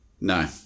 No